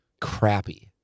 crappy